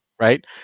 right